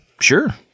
Sure